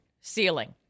Ceiling